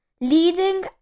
leading